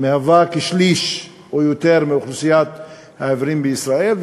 היא כשליש או יותר מאוכלוסיית העיוורים בישראל.